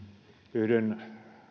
yhdyn